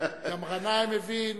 גם גנאים מבין,